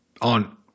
on –